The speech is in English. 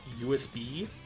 usb